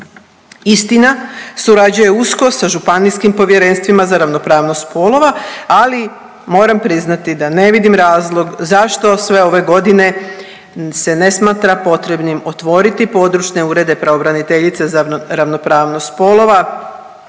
Istina surađuje usko sa županijskim povjerenstvima za ravnopravnost spolova ali moram priznati da ne vidim razlog zašto sve ove godine se ne smatra potrebnim otvoriti područne urede pravobraniteljice za ravnopravnost spolova